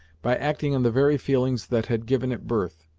by acting on the very feelings that had given it birth.